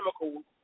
chemicals